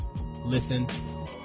listen